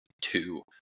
two